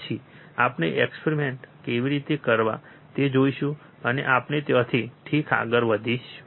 પછી આપણે એક્સપેરિમેન્ટસ કેવી રીતે કરવા તે જોઈશું અને આપણે ત્યાંથી ઠીક આગળ વધશું